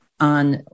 on